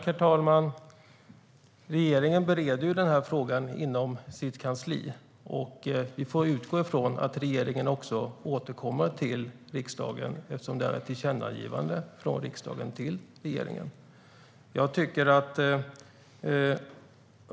Herr talman! Regeringen bereder ju den här frågan inom sitt kansli. Vi får utgå ifrån att regeringen också återkommer till riksdagen, eftersom det har gjorts ett tillkännagivande från riksdagen till regeringen.